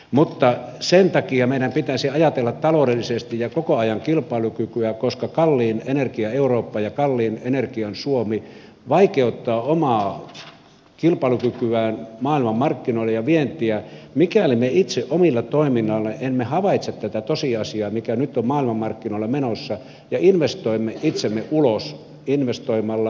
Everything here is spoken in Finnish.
mutta sen takia meidän pitäisi ajatella taloudellisesti ja koko ajan kilpailukykyä koska kalliin energian eurooppa ja kalliin energian suomi vaikeuttaa omaa kilpailukykyään maailmanmarkkinoilla ja vientiä mikäli me itse omalla toiminnallamme emme havaitse tätä tosiasiaa mikä nyt on maailmanmarkkinoilla menossa ja investoimme itsemme ulos investoimalla tarpeettomiin sähköverkkoihin